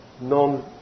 non